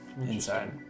inside